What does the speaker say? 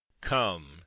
come